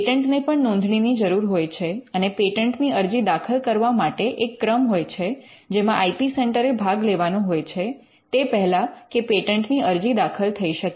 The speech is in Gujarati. પેટન્ટને પણ નોંધણી ની જરૂર હોય છે અને પેટન્ટની અરજી દાખલ કરવા માટે એક ક્રમ હોય છે જેમાં આઇ પી સેન્ટર એ ભાગ લેવાનો હોય છે તે પહેલા કે પેટન્ટની અરજી દાખલ થઈ શકે